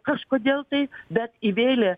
kažkodėl tai bet įvėlė